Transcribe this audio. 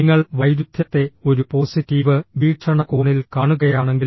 നിങ്ങൾ വൈരുദ്ധ്യത്തെ ഒരു പോസിറ്റീവ് വീക്ഷണകോണിൽ കാണുകയാണെങ്കിൽ